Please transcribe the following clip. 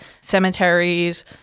cemeteries